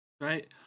right